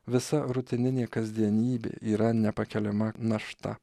visa rutininė kasdienybė yra nepakeliama našta